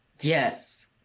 Yes